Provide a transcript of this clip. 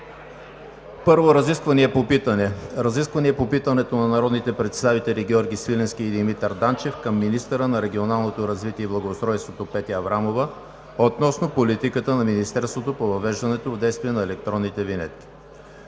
питане Разисквания по питането на народните представители Георги Свиленски и Димитър Данчев към министъра на регионалното развитие и благоустройството Петя Аврамова относно политиката на Министерството по въвеждането в действие на електронните винетки.